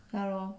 ya lor